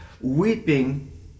weeping